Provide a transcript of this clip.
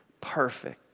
perfect